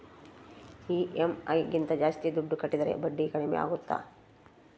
EMI ಗಿಂತ ಜಾಸ್ತಿ ದುಡ್ಡು ಕಟ್ಟಿದರೆ ಬಡ್ಡಿ ಕಡಿಮೆ ಆಗುತ್ತಾ?